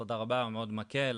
תודה רבה הוא מאד מקל.